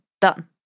done